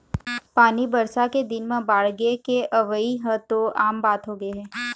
पानी बरसा के दिन म बाड़गे के अवइ ह तो आम बात होगे हे